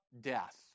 death